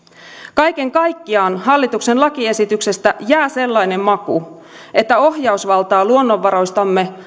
kaiken kaikkiaan hallituksen lakiesityksestä jää sellainen maku että ohjausvaltaa luonnonvaroistamme